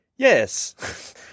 yes